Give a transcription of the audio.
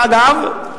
אגב,